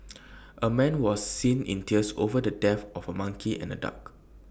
A man was seen in tears over the death of A monkey and A duck